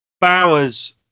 Bowers